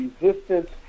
resistance